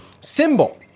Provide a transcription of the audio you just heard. symbol